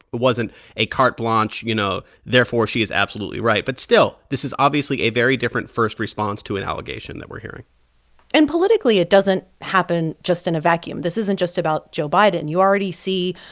it wasn't a carte blanche, you know, therefore, she is absolutely right. but still, this is, obviously, a very different first response to an allegation that we're hearing and politically, it doesn't happen just in a vacuum. this isn't just about joe biden. and you already see,